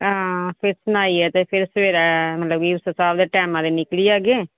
ते फिर सनाइयै ते मतलब उस स्हाबै दे टैम कन्नै निकली जाह्गे